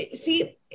see